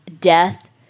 death